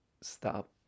stop